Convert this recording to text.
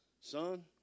son